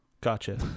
Gotcha